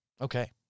Okay